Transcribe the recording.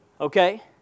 Okay